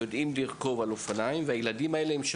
שיודעים לרכב על אופניים והם הופכים להיות